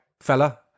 fella